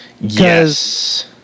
Yes